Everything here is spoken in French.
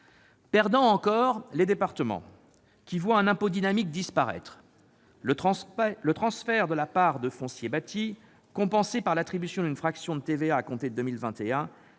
Perdants, enfin, les départements, qui voient un impôt dynamique disparaître. Le transfert de la part de foncier bâti compensé par l'attribution d'une fraction de TVA à compter de 2021